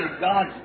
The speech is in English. God